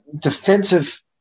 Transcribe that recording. Defensive